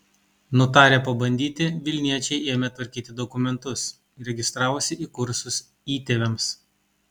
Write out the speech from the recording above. nutarę pabandyti vilniečiai ėmė tvarkyti dokumentus registravosi į kursus įtėviams